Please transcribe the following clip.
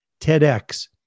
TEDx